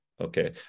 Okay